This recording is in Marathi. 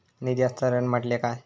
निधी हस्तांतरण म्हटल्या काय?